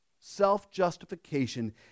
Self-justification